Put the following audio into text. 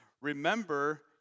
Remember